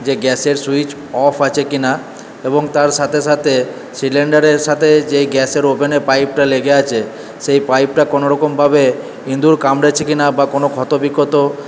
যে গ্যাসের switch off আছে কিনা এবং তার সাথে সাথে সিলিন্ডারের সাথে যে গ্যাসের ওভেনের পাইপটা লেগে আছে সেই পাইপটা কোনোরকম ভাবে ইঁদুর কামড়েছে কিনা বা কোন ক্ষত বিক্ষত